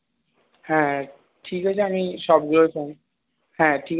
হ্যাঁ হ্যাঁ ঠিক আচ্ছে আমি সবগুলোর ফর্ম হ্যাঁ ঠিক আছে